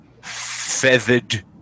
feathered